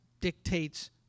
dictates